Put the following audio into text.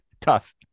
Tough